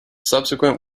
subsequent